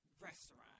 restaurant